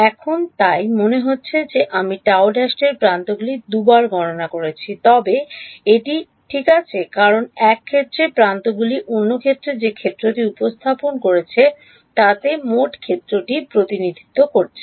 এখন তাই মনে হচ্ছে যে আমি Γ ′ এর প্রান্তগুলি 2 বার গণনা করেছি তবে এটি ঠিক আছে কারণ এক ক্ষেত্রে প্রান্তগুলি অন্য ক্ষেত্রে যে ক্ষেত্রটি উপস্থাপন করছে তাতে মোট ক্ষেত্রটি প্রতিনিধিত্ব করছে